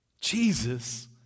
Jesus